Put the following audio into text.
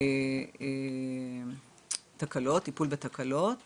טיפול בתקלות